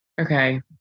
Okay